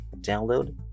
download